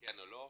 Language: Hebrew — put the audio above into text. כן/לא.